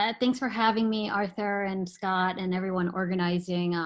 ah thanks for having me, arthur and scott and everyone organizing.